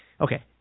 Okay